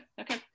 okay